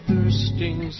Thirsting